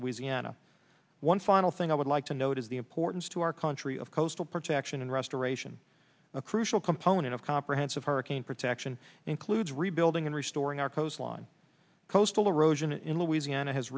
louisiana one final thing i would like to note is the importance to our country of coastal protection and restoration of crucial component of comprehensive hurricane protection includes rebuilding and restoring our coastline coastal erosion in louisiana has